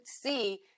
see